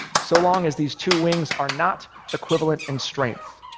so long as these two wings are not equivalent in strength,